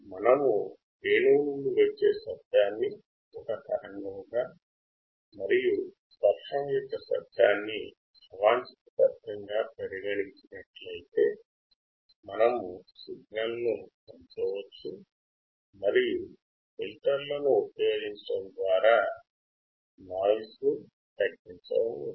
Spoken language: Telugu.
మనము వేణువు నుండి వచ్చే శబ్దాన్ని ఒక తరంగముగా మరియు వర్షం యొక్క శబ్దాన్ని అవాంచిత శబ్దంగా పరిగణించినట్లయితే మనము సిగ్నల్ను పెంచవచ్చు మరియు ఫిల్టర్లను ఉపయోగించడం ద్వారా అవాంచిత శబ్దాన్ని తగ్గించవచ్చు